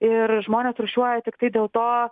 ir žmonės rūšiuoja tiktai dėl to